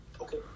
Okay